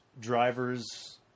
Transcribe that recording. drivers